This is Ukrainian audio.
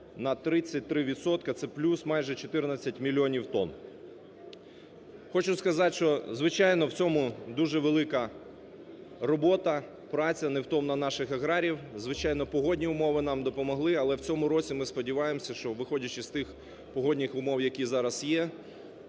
це плюс майже 14 мільйонів тонн. Хочу сказати, що, звичайно, в цьому дуже велика робота, праця невтомна наших аграріїв, звичайно, погодні умови нам допомогли. Але в цьому році, ми сподіваємося, що, виходячи з тих погодних умов, які зараз є,